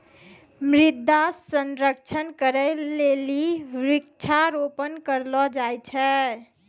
मृदा संरक्षण करै लेली वृक्षारोपण करलो जाय छै